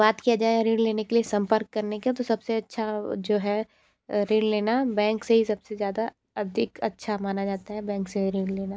बात किया जाय ऋण लेने के लिए संपर्क करने क्या तो सबसे अच्छा जो है ऋण लेना बैंक से ही सबसे ज़्यादा अधिक अच्छा माना जाता है बैंक से ऋण लेना